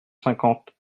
cinquante